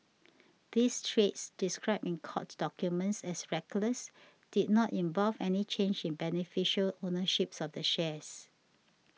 these trades described in court documents as reckless did not involve any change in beneficial ownership of the shares